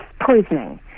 poisoning